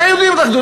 שהיהודים יתאחדו.